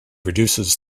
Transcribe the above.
reduces